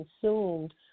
consumed